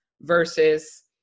versus